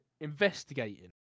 investigating